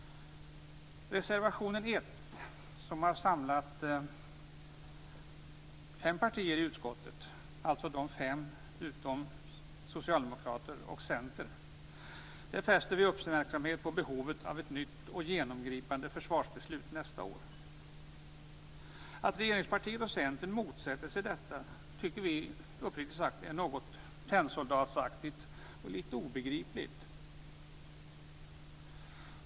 Reservation 1 har samlat fem partier i utskottet, alltså riksdagens partier utom socialdemokraterna och Centern. Vi fäster där uppmärksamheten på behovet av ett nytt och genomgripande försvarsbeslut nästa år. Att regeringspartiet och Centern motsätter sig detta tycker vi uppriktigt sagt är något tennsoldatsaktigt och litet obegripligt.